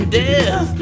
death